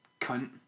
cunt